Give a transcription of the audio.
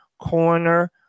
corner